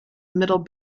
middle